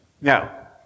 Now